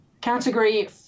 Category